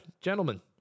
gentlemen